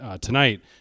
tonight